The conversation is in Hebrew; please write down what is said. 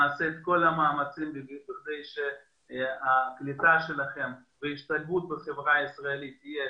נעשה את כל המאמצים כדי שהקליטה שלהם וההשתלבות בחברה הישראלית תהיה